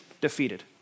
defeated